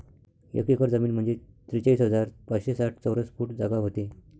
एक एकर जमीन म्हंजे त्रेचाळीस हजार पाचशे साठ चौरस फूट जागा व्हते